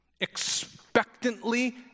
expectantly